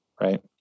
right